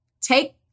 Take